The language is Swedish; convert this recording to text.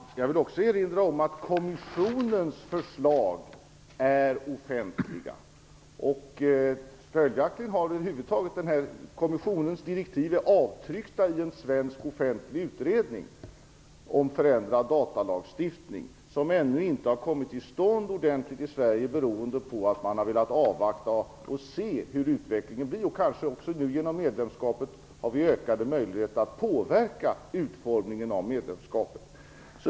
Herr talman! Jag vill också erinra om att kommissionens förslag är offentliga. Kommissionens direktiv finns avtryckta i en svensk offentlig utredning om förändrad datalagstiftning som ännu inte har kommit till stånd ordentligt i Sverige, beroende på att man har velat avvakta och se hur utvecklingen blir. Genom medlemskapet har vi kanske också ökade möjligheter att påverka utformningen av direktivet.